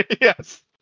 Yes